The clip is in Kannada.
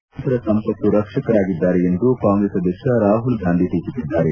ಶ್ರೀಮಂತರ ಸಂಪತ್ತು ರಕ್ಷಕರಾಗಿದ್ದಾರೆ ಎಂದು ಕಾಂಗ್ರೆಸ್ ಅಧ್ಯಕ್ಷ ರಾಹುಲ್ ಗಾಂಧಿ ಟೀಕಿಸಿದ್ದಾರೆ